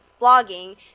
blogging